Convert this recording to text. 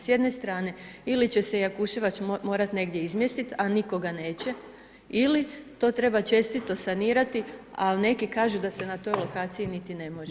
S jedne strane ili će se Jakuševac morat negdje izmjestiti a nitko ga neće ili to treba čestito sanirati, ali neki kažu da se toj lokaciji niti ne može.